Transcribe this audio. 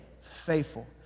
faithful